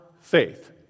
faith